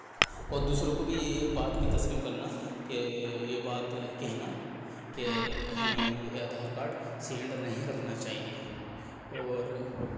اور دوسروں کو بھی یہ بات کی تسلیم کرنا کہ یہ بات کہنا کہ ہمیں آدھار کارڈ سینڈ نہیں کرنا چاہیے اور